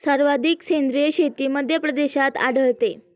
सर्वाधिक सेंद्रिय शेती मध्यप्रदेशात आढळते